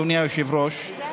אדוני היושב-ראש,